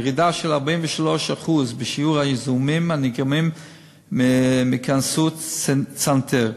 ירידה של 43% בשיעור הזיהומים הנגרמים מהכנסות צנתר,